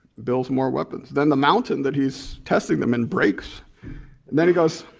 builds more weapons. then the mountain that he's testing them in breaks and then he goes,